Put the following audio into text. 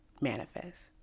manifest